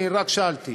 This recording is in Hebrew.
אני רק שאלתי.